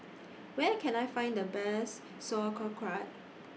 Where Can I Find The Best Sauerkraut